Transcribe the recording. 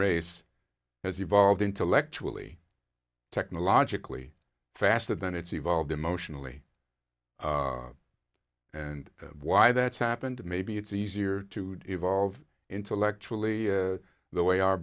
race has evolved intellectually technologically faster than it's evolved emotionally and why that's happened maybe it's easier to evolve intellectually the way our